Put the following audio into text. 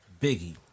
Biggie